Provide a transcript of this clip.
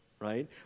right